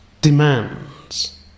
demands